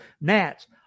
gnats